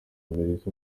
amerika